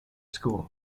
school